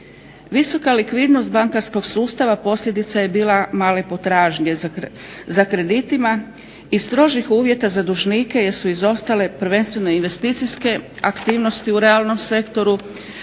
Visoka likvidnost bankarskog sustava posljedica je bila male potražnje za kreditima i strožih uvjeta za dužnike jer su izostale prvenstveno investicijske aktivnosti u realnom sektoru